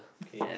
okay